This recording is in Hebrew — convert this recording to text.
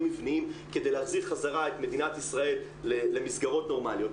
מבניים כדי להחזיר חזרה את מדינת ישראל למסגרות נורמליות.